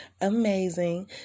amazing